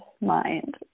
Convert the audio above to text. mind